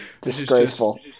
Disgraceful